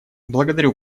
благодарю